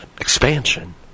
expansion